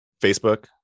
Facebook